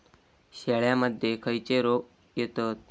शेळ्यामध्ये खैचे रोग येतत?